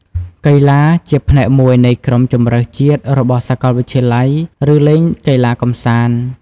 កីឡា ជាផ្នែកមួយនៃក្រុមជម្រើសជាតិរបស់សាកលវិទ្យាល័យ ឬលេងកីឡាកម្សាន្ត។